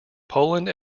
poland